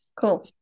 Cool